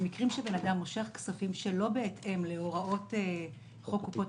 במקרים שאדם מושך כספים שלא בהתאם להוראות חוק קופות